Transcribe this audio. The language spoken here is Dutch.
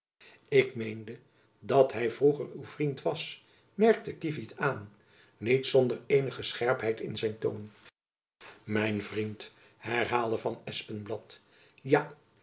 ik meende dat hy vroeger uw vriend was merkte kievit aan niet zonder eenige scherpheid in zijn toon mijn vriend herhaalde van espenblad ja